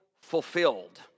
fulfilled